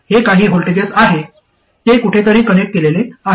हे काही व्होल्टेजेस आहे ते कुठेतरी कनेक्ट केलेले आहे